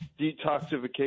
detoxification